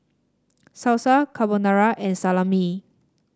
Salsa Carbonara and Salami